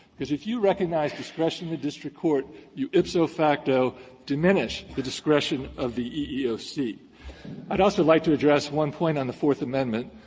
because if you recognize discretion in the district court you ipso facto diminish the discretion of the eeoc. i'd also like to address one point on the fourth amendment.